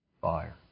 fire